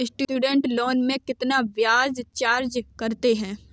Student loan में कितना ब्याज चार्ज करते हैं?